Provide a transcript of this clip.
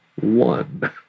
one